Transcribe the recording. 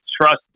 trust